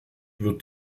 wird